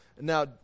Now